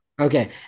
okay